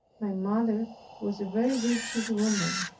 my mother was a very virtuous woman.